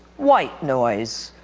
white noise.